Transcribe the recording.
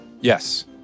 Yes